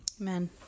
Amen